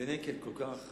כל כך